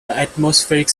atmospheric